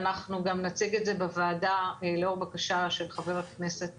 ואנחנו גם נציג את זה בוועדה לאור בקשה של חברי כנסת